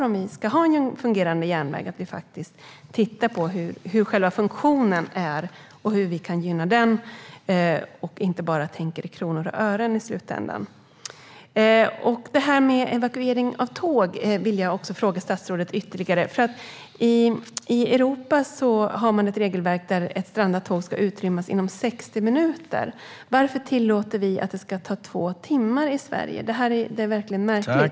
Om vi ska ha en fungerande järnväg är det viktigt att vi tittar på hur vi kan gynna själva funktionen och inte bara tänker i kronor och ören. Jag vill ställa ytterligare en fråga om evakuering av tåg. I Europa finns ett regelverk som säger att ett strandat tåg ska utrymmas inom 60 minuter. Varför tillåter vi att det ska få ta två timmar i Sverige? Det är verkligen märkligt.